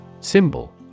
Symbol